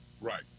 Right